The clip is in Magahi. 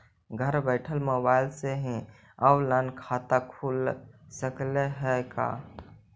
घर बैठल मोबाईल से ही औनलाइन खाता खुल सकले हे का?